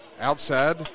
Outside